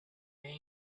being